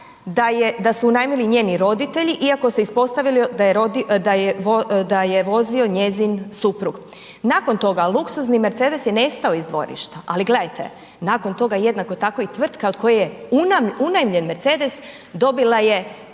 da su unajmili njeni roditelji iako se ispostavilo da je vozio njezin suprug. Nakon toga luksuzni Mercedes je nestao iz dvorišta, ali gledajte nakon toga jednako tako i tvrtka od koje je unajmljen Mercedes dobila je